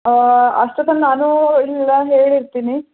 ಅಷ್ಟೊತ್ತಲ್ಲಿ ನಾನು ಇಲ್ಲೆಲ್ಲ ಹೇಳಿರ್ತೀನಿ